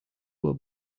were